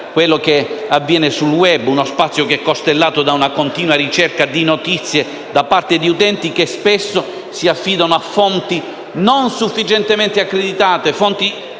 quello che avviene sul *web*, uno spazio costellato da una continua ricerca di notizie da parte di utenti che spesso si affidano a fonti non sufficientemente accreditate (fonti